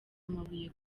amabuye